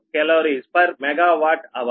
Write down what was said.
86 MkCalMWHr